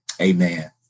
Amen